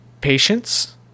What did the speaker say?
patience